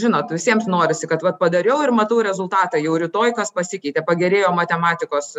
žinot visiems norisi kad vat padariau ir matau rezultatą jau rytoj kas pasikeitė pagerėjo matematikos